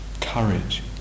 courage